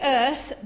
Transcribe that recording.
earth